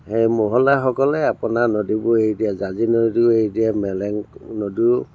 সেই মহলদাৰসকলে আপোনাৰ নদীবোৰ এই এতিয়া জাঁজি নদী এতিয়া মেলেং নদীও